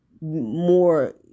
more